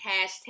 Hashtag